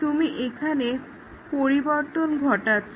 তুমি এখানে পরিবর্তন ঘটাচ্ছ